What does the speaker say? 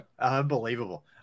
Unbelievable